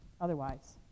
otherwise